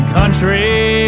country